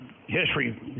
History